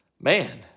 Man